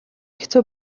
хэцүү